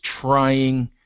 trying